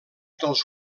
dels